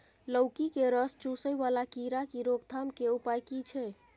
लौकी के रस चुसय वाला कीरा की रोकथाम के उपाय की छै?